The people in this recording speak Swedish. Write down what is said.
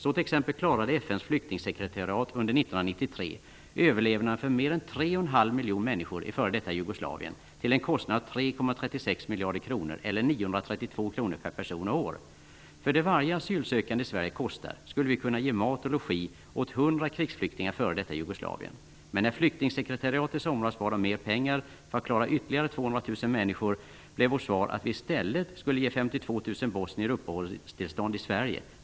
Så t ex klarade FNs flyktingsekretariat under 1993 överlevnaden för mer än tre och en halv miljon människor i f d Jugoslavien till en kostnad av 3,36 miljarder kronor, eller 932 kronor per person och år. För det varje asylsökande i Sverige kostar, skulle vi kunna ge mat och logi åt 100 krigsflyktingar i f d Jugoslavien. Men när flyktingsekretariatet i somras bad om mera pengar för att klara ytterligare 200.000 människor, blev vårt svar att vi i stället skulle ge 52.000 bosnier uppehållstillstånd i Sverige.